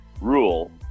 Rule